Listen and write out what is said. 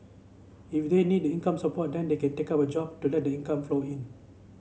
if they need income support then they can take up a job to let the income flow in